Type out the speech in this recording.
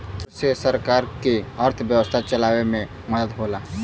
कर से सरकार के अर्थव्यवस्था चलावे मे मदद होला